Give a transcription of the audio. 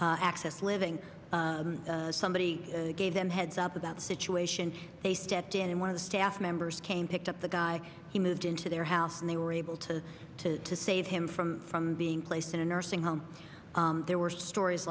accept living somebody gave them heads up about the situation they stepped in and one of the staff members came picked up the guy he moved into their house and they were able to to to save him from from being placed in a nursing home there were stories